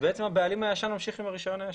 בעצם הבעלים הישן ממשיך עם הרישיון הישן.